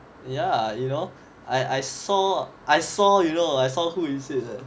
ya you know I I saw I saw you know I saw who is it eh